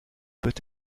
peut